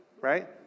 right